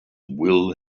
will